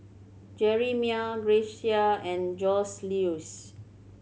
Jerimiah Grecia and Joseluis